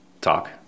Talk